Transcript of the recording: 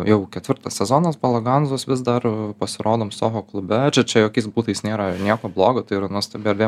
jau ketvirtas sezonas balaganzos vis dar pasirodom savo klube čia čia jokiais būdais nėra ir nieko blogo tai yra nuostabi erdvė